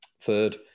third